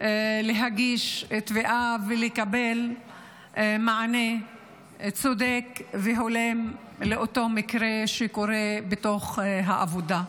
להגיש תביעה ולקבל מענה צודק והולם לאותו מקרה שקרה בתוך העבודה.